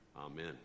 Amen